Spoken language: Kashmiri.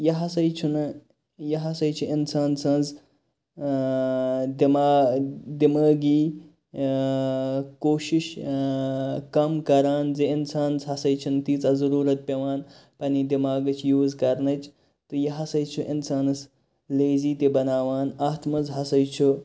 یہِ ہَسا چھُ نہٕ یہِ ہَسا چھِ اِنسان سٕنٛز دٮ۪ما دِمٲغی کوشِش کم کَران زِ اِنسانَس ہَسا چھنہٕ تیٖژاہ ضروٗرَت پیٚوان پَننہِ دٮ۪ماغِچ یوٗز کَرنٕچ تہٕ یہِ ہَسا چھُ اِنسانَس لیزی تہِ بَناوان اتھ مَنٛز ہَسا چھُ